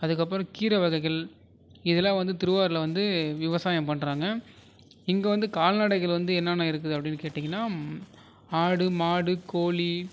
அதுக்கப்புறம் கீரை வகைகள் இதெலாம் வந்து திருவாரூரில் வந்து விவசாயம் பண்ணுறாங்க இங்கே வந்து கால்நடைகள் வந்து என்னென்ன இருக்குது அப்படினு கேட்டீங்கனால் ஆடு மாடு கோழி